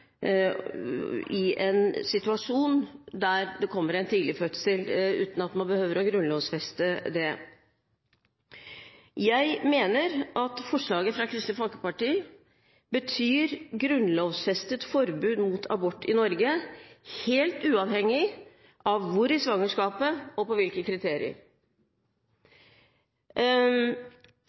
i en situasjon der det kommer en tidlig fødsel, uten at man behøver å grunnlovfeste det. Jeg mener at forslaget fra Kristelig Folkeparti betyr grunnlovfestet forbud mot abort i Norge, helt uavhengig av hvor i svangerskapet og på hvilke kriterier.